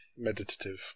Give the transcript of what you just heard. meditative